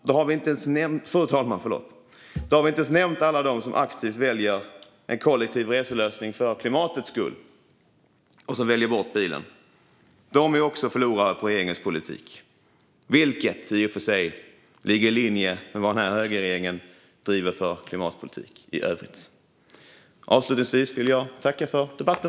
Då har jag inte ens nämnt alla dem som aktivt väljer en kollektiv reselösning för klimatets skull och som väljer bort bilen. De är också förlorare på regeringens politik, vilket i och för sig ligger i linje med den klimatpolitik som denna högerregering driver i övrigt. Avslutningsvis vill jag tacka för debatten.